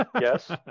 Yes